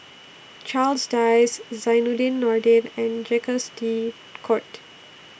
Charles Dyce Zainudin Nordin and Jacques De Coutre